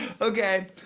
Okay